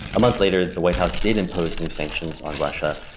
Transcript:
a month later, the white house did impose new sanctions on russia.